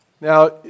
Now